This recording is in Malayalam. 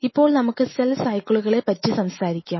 ഇപ്പോൾ നമുക്ക് സെൽ സൈക്കിളുകളെ പറ്റി സംസാരിക്കാം